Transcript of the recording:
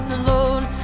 alone